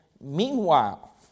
meanwhile